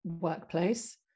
workplace